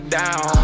down